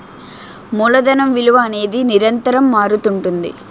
మూలధనం విలువ అనేది నిరంతరం మారుతుంటుంది